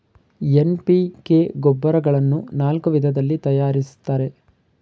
NPK ಗೊಬ್ಬರಗಳನ್ನು ನಾಲ್ಕು ವಿಧದಲ್ಲಿ ತರಯಾರಿಸ್ತರೆ